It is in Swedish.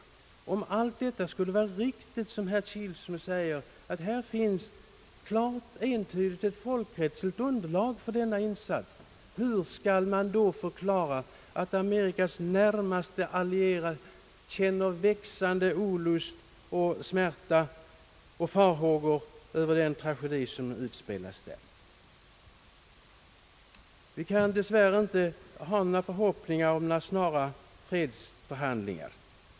Om det skulle vara riktigt som herr Kilsmo säger, att det finns ett klart och entydigt folkrättsligt underlag för denna insats, hur skall man då förklara att USA:s närmaste allierade känner växande olust, smärta och farhågor över den tragedi som utspelas? Vi kan dess värre inte hysa några förhoppningar om snara fredsförhandlingar.